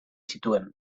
zituen